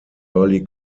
early